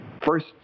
first